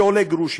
שעולה גרושים.